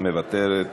מוותרת.